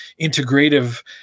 integrative